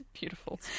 beautiful